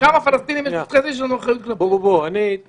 כמה פלסטינים שיש לנו אחריות כלפיהם יש